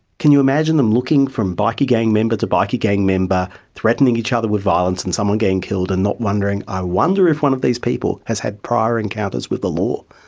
can you imagine them looking from bikie gang member to bikie gang member, threatening each other with violence and someone getting killed and not wondering, i wonder if one of these people has had prior encounters with the law?